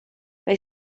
they